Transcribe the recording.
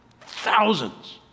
Thousands